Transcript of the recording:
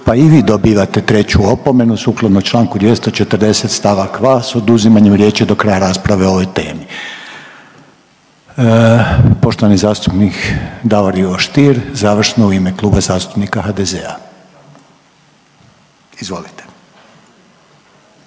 pa i vi dobivate treću opomenu sukladno Članku 240. stavak 2. s oduzimanjem riječi do kraja rasprave o ovoj temi. Poštovani zastupnik Davor Ivo Stier, završno u ime Kluba zastupnika HDZ-a. Izvolite.